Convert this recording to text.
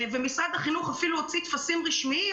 משרד החינוך הוציא אפילו טפסים רשמיים